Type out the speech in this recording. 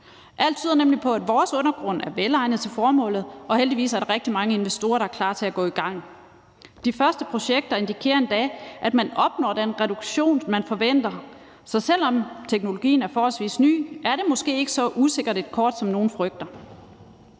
Alt tyder nemlig på, at vores undergrund er velegnet til formålet, og heldigvis er der rigtig mange investorer, der er klar til at gå i gang. De første projekter indikerer endda, at man opnår den reduktion, som man forventer, så selv om teknologien er forholdsvis ny, er det måske ikke så usikkert et kort, som nogle frygter.